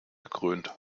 gekrönt